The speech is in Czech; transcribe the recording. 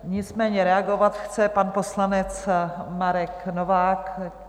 Nicméně reagovat chce pan poslanec Marek Novák.